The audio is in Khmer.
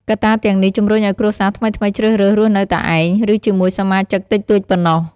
កត្តាទាំងនេះជំរុញឱ្យគ្រួសារថ្មីៗជ្រើសរើសរស់នៅតែឯង ឬជាមួយសមាជិកតិចតួចប៉ុណ្ណោះ។